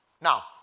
Now